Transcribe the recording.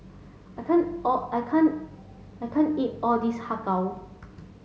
I can't all I can't I can't eat all this Har Kow